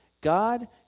God